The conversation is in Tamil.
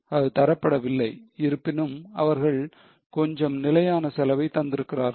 அது தரப்படவில்லை இருப்பினும் அவர்கள் கொஞ்சம் நிலையான செலவை தந்திருக்கிறார்கள்